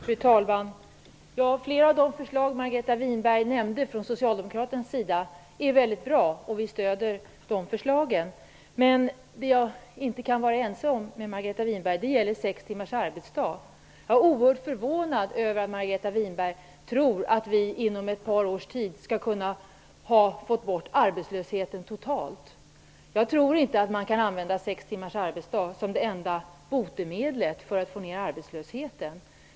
Fru talman! Flera av de socialdemokratiska förslagen som Margareta Winberg nämnde är mycket bra. Vi stöder de förslagen. Men jag kan inte vara ense med Margareta Winberg när det gäller sex timmars arbetsdag. Jag är oehört förvånad över att Margareta Winberg tror att vi inom ett par års tid skall ha fått bort arbetslösheten totalt. Jag tror inte att man kan använda sex timmars arbetsdag som det enda botemedlet för att få ner arbetslösheten.